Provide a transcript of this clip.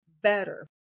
better